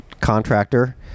contractor